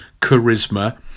charisma